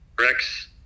Rex